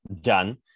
done